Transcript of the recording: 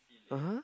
ah !huh!